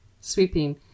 sweeping